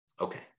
Okay